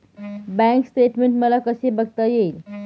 Bank statement मला कसे बघता येईल?